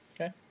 Okay